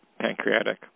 pancreatic